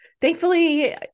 thankfully